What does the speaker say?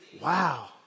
Wow